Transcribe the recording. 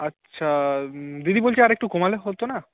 আচ্ছা দিদি বলছি আর একটু কমালে হত না